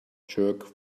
jerk